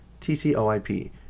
TCOIP